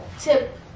tip